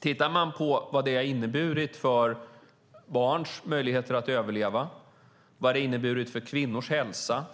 Tittar man på vad det har inneburit för barns möjligheter att överleva, vad det har inneburit för kvinnors hälsa